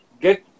get